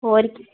ਹੋਰ ਕੀ